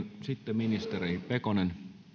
sitten ministeri pekonen